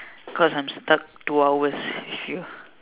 cause I'm stuck two hours here